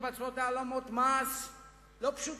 מתבצעות העלמות מס לא פשוטות.